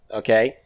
okay